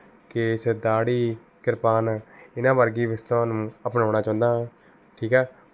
case ਦਾੜ੍ਹੀ ਕਿਰਪਾਨ ਇਹਨਾਂ ਵਰਗੀ ਵਸਤੂਆਂ ਨੂੰ ਅਪਣਾਉਣਾ ਚਾਹੁੰਦਾ ਹਾਂ ਠੀਕ ਹੈ